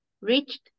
reached